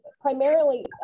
primarily